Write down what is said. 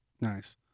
Nice